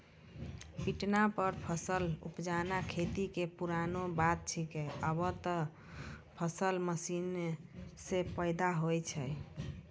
पिटना पर फसल उपजाना खेती कॅ पुरानो बात छैके, आबॅ त फसल मशीन सॅ पैदा होय छै